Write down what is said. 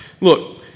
Look